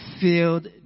filled